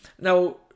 Now